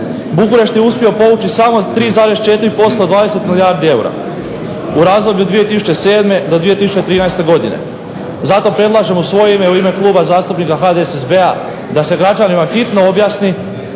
Bukurešt je uspio povući samo 3,4% od 20 milijardi eura u razdoblju od 2007. do 2013. godine. Zato predlažem u svoje ime i u ime Kluba HDSSB-a da se građanima hitno objasni